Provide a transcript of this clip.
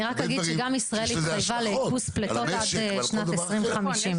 אני רק אגיד שגם ישראל התחייבה לאיפוס פליטות עד שנת 2050,